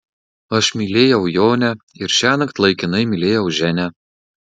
aš mylėjau jonę ir šiąnakt laikinai mylėjau ženią